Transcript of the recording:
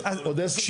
עוד 10 שנים?